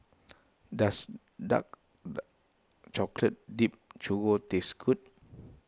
does Dark Chocolate Dipped Churro taste good